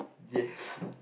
yes